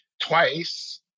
twice